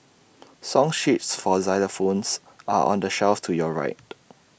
song sheets for xylophones are on the shelf to your right